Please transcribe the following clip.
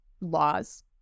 laws